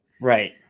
Right